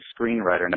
screenwriter